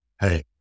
Hey